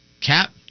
Cap